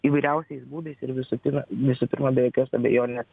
įvairiausiais būdais ir visų pirma visų pirma be jokios abejonės